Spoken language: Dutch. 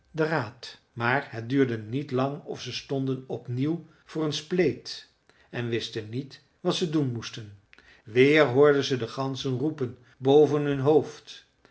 den raad maar het duurde niet lang of ze stonden op nieuw voor een spleet en wisten niet wat ze doen moesten weer hoorden ze de ganzen roepen boven hun hoofd